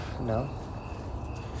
no